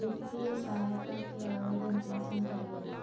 वित्तीय सहायता के आवेदन कुंसम करबे?